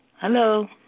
Hello